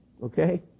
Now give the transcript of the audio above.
Okay